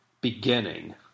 beginning